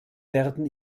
werden